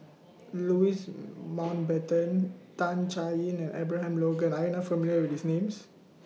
Louis Mountbatten Tan Chay Yan and Abraham Logan Are YOU not familiar with These Names